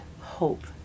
hope